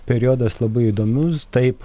periodas labai įdomius taip